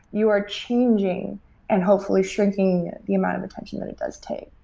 you are changing and hopefully shrinking the amount of attention that it does take.